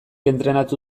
entrenatu